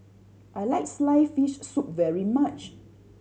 I like sliced fish soup very much